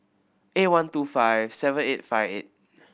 eight one two five seven eight five eight